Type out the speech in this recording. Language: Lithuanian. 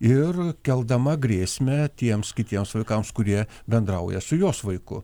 ir keldama grėsmę tiems kitiems vaikams kurie bendrauja su jos vaiku